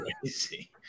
crazy